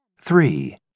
Three